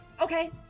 Okay